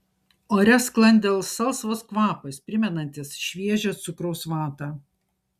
ore sklandė salsvas kvapas primenantis šviežią cukraus vatą